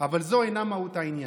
אבל זו אינה מהות העניין.